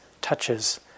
touches